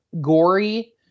gory